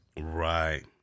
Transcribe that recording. right